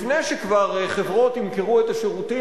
לפני שכבר חברות ימכרו את השירותים